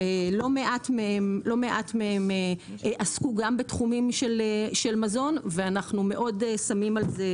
לא מעט מהם עסקו גם בתחומים של מזון ואנחנו מאוד שמים על זה